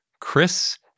Chris